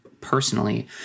personally